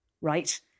right